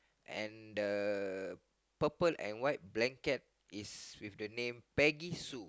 and the purple and white blanket is with the name Peggy Sue